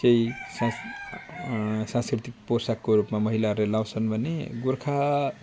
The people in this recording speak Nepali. चाहिँ सांस्कृतिक पोसाकको रूपमा महिलाहरूले लगाउँछन् भने गोर्खा